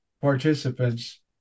participants